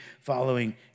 following